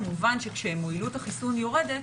כמובן שכשמועילות החיסון יורדת,